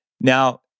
Now